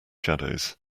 shadows